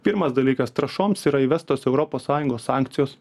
pirmas dalykas trąšoms yra įvestos europos sąjungos sankcijos